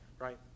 right